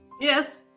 Yes